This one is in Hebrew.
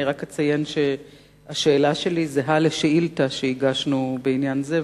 אני רק אציין שהשאלה שלי זהה לשאילתא שהגשנו בעניין זה,